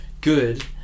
good